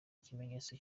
ikimenyetso